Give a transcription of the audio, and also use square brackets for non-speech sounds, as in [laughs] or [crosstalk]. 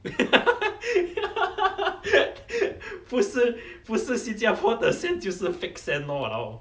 [laughs] 不是不是新加坡的 sand 就是 fake sand lor !walao!